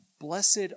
Blessed